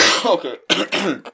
Okay